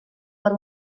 per